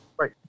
Right